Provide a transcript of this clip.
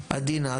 עדינה,